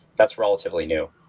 that's relatively new.